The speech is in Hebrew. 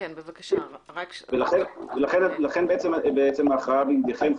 לכן ההכרעה בידיכם,